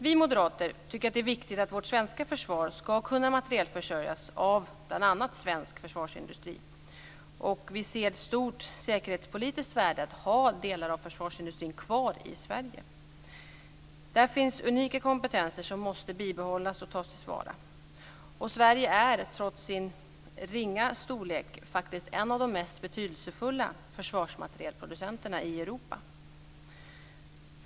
Vi moderater tycker att det är viktigt att vårt svenska försvar ska kunna materielförsörjas av bl.a. svensk försvarsindustri. Vi ser ett stort säkerhetspolitiskt värde i att ha delar av försvarsindustrin kvar i Sverige. Där finns unika kompetenser som måste bibehållas och tas till vara. Sverige är trots sin ringa storlek faktiskt en av de mest betydelsefulla försvarsmaterielproducenterna i Europa.